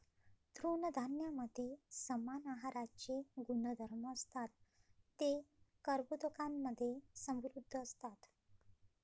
तृणधान्यांमध्ये समान आहाराचे गुणधर्म असतात, ते कर्बोदकांमधे समृद्ध असतात